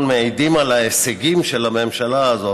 מעידים על ההישגים של הממשלה הזאת,